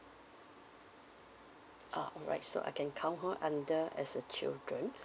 ah alright so I can count her under as a children